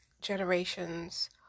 generations